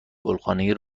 گلخانهای